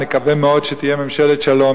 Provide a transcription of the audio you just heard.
נקווה מאוד שתהיה ממשלת שלום,